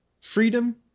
freedom